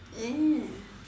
mm